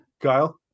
Kyle